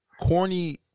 corny